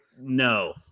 no